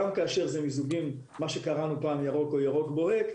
גם כאשר מדובר במיזוגים בדרגת ירוק או ירוק בוהק,